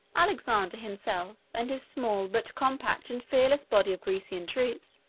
alexander himself, and his small but compact and fearless body of grecian troops,